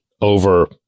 over